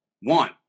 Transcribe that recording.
one